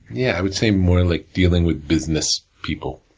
yeah, i would say more like dealing with business people,